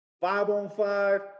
Five-on-five